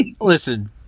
listen